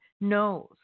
knows